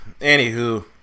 anywho